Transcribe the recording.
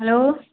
hello